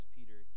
Peter